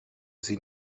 sie